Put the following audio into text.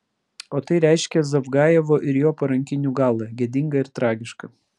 o tai reiškia zavgajevo ir jo parankinių galą gėdingą ir tragišką